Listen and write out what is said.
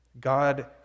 God